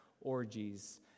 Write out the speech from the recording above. orgies